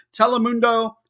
Telemundo